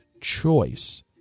choice